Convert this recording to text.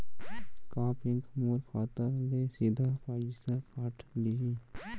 का बैंक मोर खाता ले सीधा पइसा काट लिही?